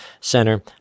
center